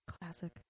classic